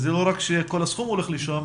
זה לא רק שכל הסכום הולך לשם.